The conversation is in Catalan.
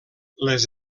les